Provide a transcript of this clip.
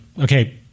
okay